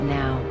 now